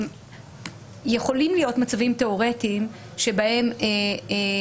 יכולים להיות מצבים תיאורטיים בהם